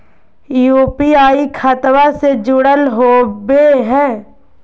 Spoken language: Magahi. यू.पी.आई खतबा से जुरल होवे हय?